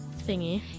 thingy